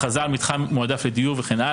הכרזה על מתחם מועדף לדיור, ועוד.